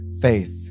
Faith